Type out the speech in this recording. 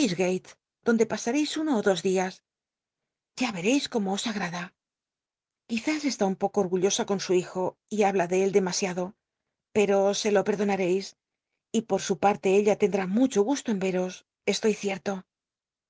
donde pasareis uno ó dos dias ya y agrada quiztis está un poco oq ullosa con su hijo y habla de él demasiado pero se lo perdonareis y jlol su parte ella tendrá mucho gusto en veros estoy cierto me